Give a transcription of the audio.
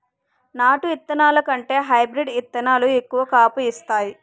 నాటు ఇత్తనాల కంటే హైబ్రీడ్ ఇత్తనాలు ఎక్కువ కాపు ఇత్తాయి